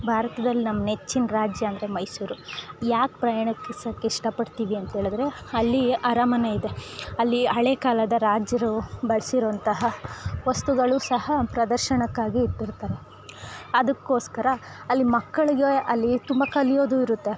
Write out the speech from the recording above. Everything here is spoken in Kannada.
ಭಾರತದಲ್ ನಮ್ಮ ನೆಚ್ಚಿನ ರಾಜ್ಯ ಅಂದರೆ ಮೈಸೂರು ಯಾಕೆ ಪ್ರಯಾಣಿಸೊಕಿಷ್ಟ ಪಡ್ತೀವಿ ಅಂತ ಹೇಳಿದ್ರೆ ಅಲ್ಲೀ ಅರಮನೆ ಇದೆ ಅಲ್ಲಿ ಹಳೆ ಕಾಲದ ರಾಜರು ಬಳಸಿರುವಂತಹ ವಸ್ತುಗಳು ಸಹ ಪ್ರದರ್ಶನಕ್ಕಾಗಿ ಇಟ್ಟಿರುತ್ತಾರೆ ಅದ್ಕೋಸ್ಕರ ಅಲ್ಲಿ ಮಕ್ಕಳಿಗೆ ಅಲ್ಲಿ ತುಂಬ ಕಲಿಯೋದು ಇರುತ್ತೆ